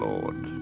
Lord